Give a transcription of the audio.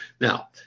Now